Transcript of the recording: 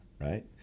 Right